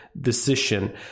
decision